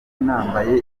nambaye